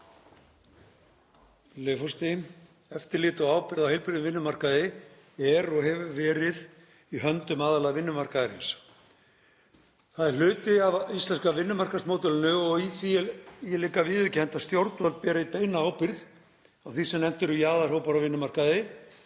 forseti. Eftirlit og ábyrgð á heilbrigðum vinnumarkaði er og hefur verið í höndum aðila vinnumarkaðarins. Það er hluti af íslenska vinnumarkaðsmódelinu og í því er líka viðurkennt að stjórnvöld beri beina ábyrgð á því sem nefnt er jaðarhópar á vinnumarkaði.